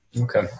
Okay